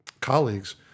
colleagues